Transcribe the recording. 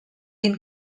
been